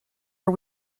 are